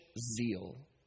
zeal